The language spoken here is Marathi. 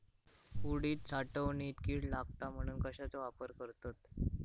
उडीद साठवणीत कीड लागात म्हणून कश्याचो वापर करतत?